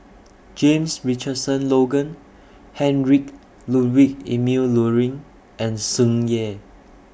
James Richardson Logan Heinrich Ludwig Emil Luering and Tsung Yeh